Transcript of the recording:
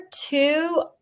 two